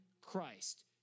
Christ